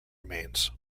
remains